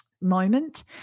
moment